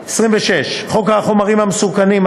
26. חוק החומרים המסוכנים,